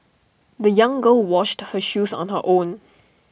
the young girl washed her shoes on her own